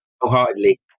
wholeheartedly